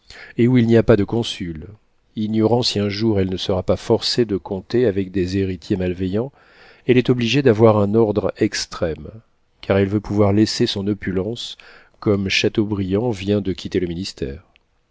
et où il n'y a pas de consul ignorant si un jour elle ne sera pas forcée de compter avec des héritiers malveillants elle est obligée d'avoir un ordre extrême car elle veut pouvoir laisser son opulence comme châteaubriand vient de quitter le ministère